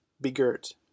begirt